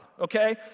okay